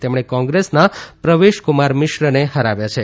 તેમણે કોંગ્રેસના પ્રવેશ કુમાર મિશ્રને હરાવ્યા છે